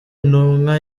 intumwa